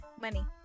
Money